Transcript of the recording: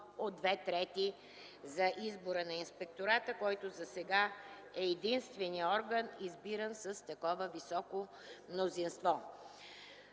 от две трети за избора на инспектората, който засега е единственият орган, избиран с такова високо мнозинство.